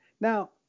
Now